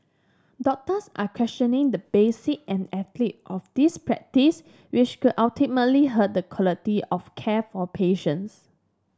doctors are questioning the basis and ethic of this practice which could ultimately hurt the quality of care for patients